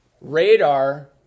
radar